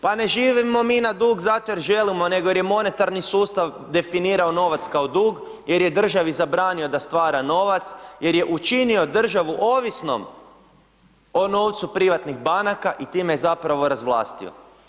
Pa ne živimo mi na dug zato jer želimo nego jer je monetarni sustav definirao novac kao dug, jer je državi zabranio da stvara novac, jer je učinio državu ovisnom o novcu privatnih banaka i time je zapravo razvlastio.